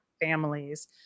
families